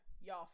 y'all